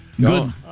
Good